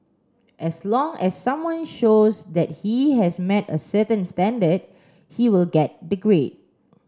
as long as someone shows that he has met a certain standard he will get the grade